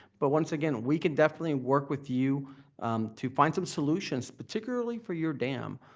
but once again, we can definitely work with you to find some solutions particularly for your dam